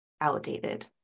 outdated